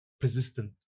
persistent